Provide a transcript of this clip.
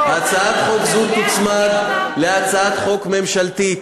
הצעת חוק זו תוצמד להצעת חוק ממשלתית,